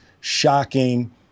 shocking